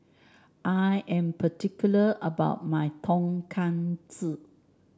I am particular about my Tonkatsu